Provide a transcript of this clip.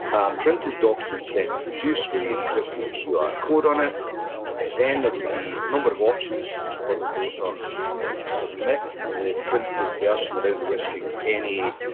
a printed document then produced with the encrypted qr code on it. and then there would be a number of options for the voter to submit the printed version without risking any